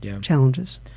challenges